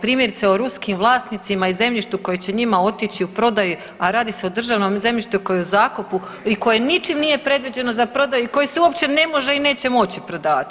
Primjerice o ruskim vlasnicima i zemljištu koje će njima otići u prodaju, a radi se o državnom zemljištu koje je u zakupu i koje ničim nije predviđeno za prodaju i koje se uopće ne može i neće moći prodavati.